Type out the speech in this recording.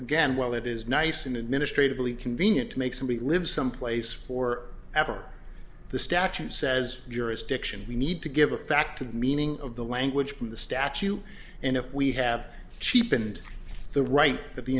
again while it is nice and administratively convenient to make somebody live someplace for ever the statute says jurisdiction we need to give a fact the meaning of the language from the statute and if we have cheapened the right that the